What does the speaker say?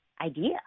idea